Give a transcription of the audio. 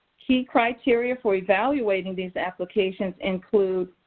key criteria for evaluating these applications include,